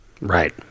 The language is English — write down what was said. Right